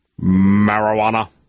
marijuana